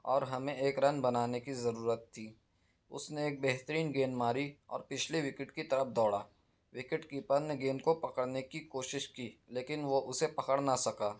اور ہمیں ایک رن بنانے کی ضرورت تھی اس نے ایک بہترین گیند ماری اور پچھلے وکٹ کی طرف دوڑا وکٹ کیپر نے گیند کو پکڑنے کی کوشش کی لیکن وہ اسے پکڑ نہ سکا